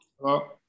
Hello